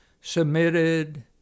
submitted